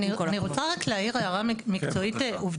אני רוצה רק להעיר רק שתי הערות מקצועיות עובדתיות.